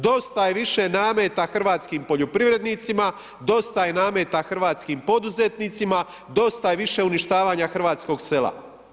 Dosta je više nameta hrvatskim poljoprivrednicima, dosta je nameta hrvatskim poduzetnicima, dosta je više uništavanje hrvatskog sela.